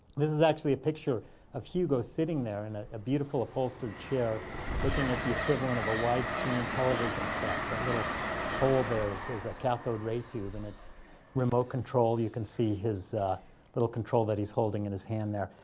this is actually a picture of hugo sitting there in a a beautiful upholstered chair looking at the equivalent of a wide-screen television set. that little hole there is a cathode ray tube. and it's remote-controlled. you can see his little control that he's holding in his hand there.